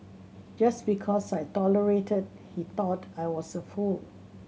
just because I tolerated he thought I was a fool